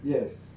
yes